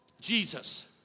Jesus